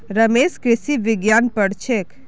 रमेश कृषि विज्ञान पढ़ छेक